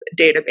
database